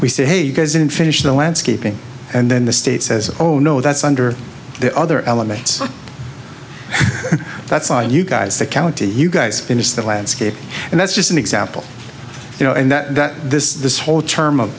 we say hey you guys didn't finish the landscaping and then the state says oh no that's under the other elements that's all you guys the county you guys in just the landscape and that's just an example you know and that this whole term of